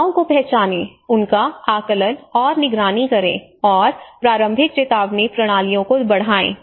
आपदाओं को पहचानें उनका आकलन और निगरानी करें और प्रारंभिक चेतावनी प्रणालियों को बढ़ाएं